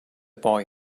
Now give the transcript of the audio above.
boy